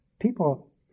people